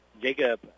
Jacob